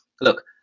look